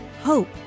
hope